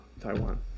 Taiwan